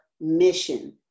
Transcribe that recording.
mission